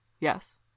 Yes